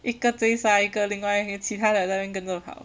一个追杀一个另外的其他的在那边跟着跑